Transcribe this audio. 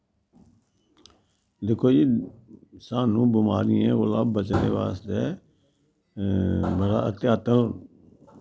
दिक्खो जी साह्नू बमारीयें कोला बचने बास्तै मतलव अतिआतन